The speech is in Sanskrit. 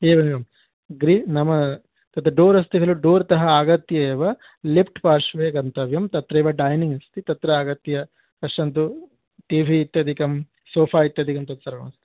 एवमेवं ग्रि नाम तद् डोर् अस्ति खलु डोर्तः आगत्य एव लेफ़्ट् पार्श्वे गन्तव्यं तत्रेव डैनिङ्ग् अस्ति तत्र आगत्य पश्यन्तु टीव्ही इत्यादिकं सोफ़ा इत्यादिकं तत्सर्वम् अस्ति